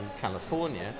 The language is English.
California